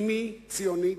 אמי, ציונית,